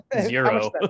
Zero